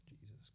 Jesus